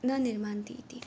न निर्मान्ति इति